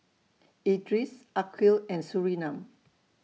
Idris Aqil and Surinam